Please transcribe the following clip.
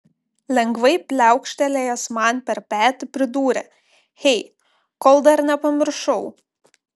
lengvai pliaukštelėjęs man per petį pridūrė hey kol dar nepamiršau